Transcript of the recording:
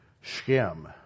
Shem